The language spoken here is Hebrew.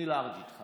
אני לארג' איתך.